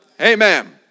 Amen